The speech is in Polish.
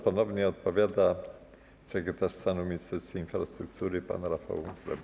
Ponownie odpowiada sekretarz stanu w Ministerstwie Infrastruktury pan Rafał Weber.